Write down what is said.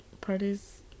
Parties